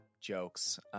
jokes